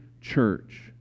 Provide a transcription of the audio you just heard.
church